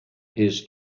his